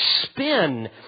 spin